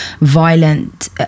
violent